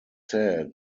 said